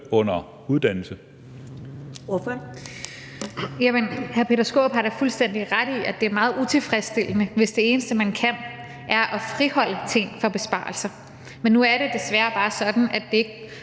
14:42 Rosa Lund (EL): Jamen hr. Peter Skaarup har da fuldstændig ret i, at det er meget utilfredsstillende, hvis det eneste, man kan, er at friholde ting fra besparelser. Men nu er det desværre bare sådan, at det ikke